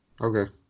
Okay